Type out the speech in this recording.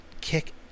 kick